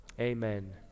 Amen